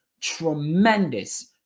tremendous